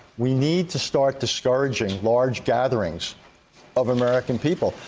we need to start discouraging large gatherings of american people.